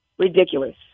Ridiculous